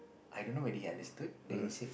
I don't know whether he understood then he said